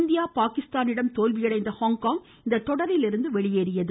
India பாகிஸ்தானிடம் தோல்வியடைந்த Hong Kong இந்த தொடரிலிருந்து வெளியேறியது